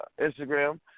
Instagram